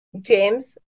James